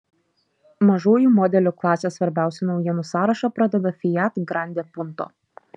mažųjų modelių klasės svarbiausių naujienų sąrašą pradeda fiat grande punto